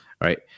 right